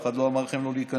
אף אחד לא אמר לכם לא להיכנס.